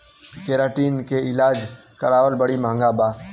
keratin से इलाज करावल बड़ी महँगा बा